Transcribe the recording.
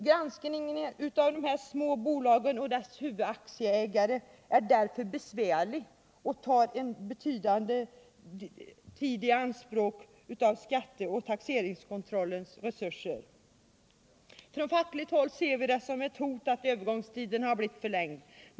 Granskningen av de små bolagen och deras huvudaktieägare är därför besvärlig och tar en betydande del av skatteoch taxeringskontrollens resurser i anspråk. På fackligt håll ser vi det som ett hot att övergångstiden har blivit förlängd.